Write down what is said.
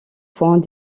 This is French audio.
point